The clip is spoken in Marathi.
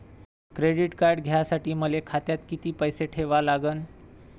क्रेडिट कार्ड घ्यासाठी मले खात्यात किती पैसे ठेवा लागन?